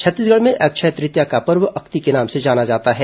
छत्तीसगढ़ में अक्षय तृतीया का पर्व अक्ति के नाम से जाना जाता है